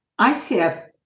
ICF